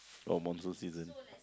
oh monsoon season